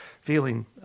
feeling